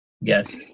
Yes